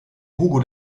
hugo